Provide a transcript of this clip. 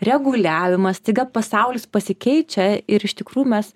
reguliavimas staiga pasaulis pasikeičia ir iš tikrųjų mes